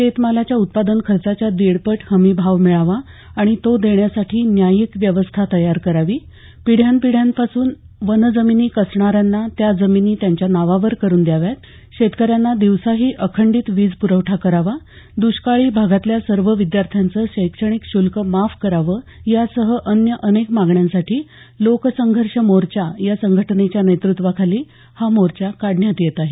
शेतमालाच्या उत्पादन खर्चाच्या दीडपट हमी भाव मिळावा आणि तो देण्यासाठी न्यायिक व्यवस्था तयार करावी पिढ्यान पिढ्यांपासून वनजमिनी कसणाऱ्यांना त्या जमिनी त्यांच्या नावावर करून द्याव्या शेतकऱ्यांना दिवसाही अखंडित वीजप्रवठा करावा द्ष्काळी भागातल्या सर्व विद्यार्थ्यांचं शैक्षणिक शुल्क माफ करावं यासह अन्य अनेक मागण्यांसाठी लोकसंघर्ष मोर्चा या संघटनेच्या नेतृत्वाखाली हा मोर्चा काढण्यात येत आहे